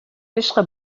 عشق